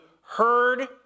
heard